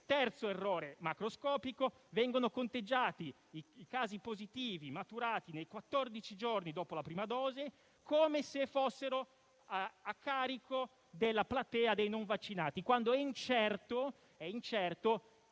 terzo errore macroscopico è che vengono conteggiati i casi positivi maturati nei quattordici giorni dopo la prima dose, come se fossero a carico della platea dei non vaccinati, quando è incerto il tempo